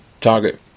target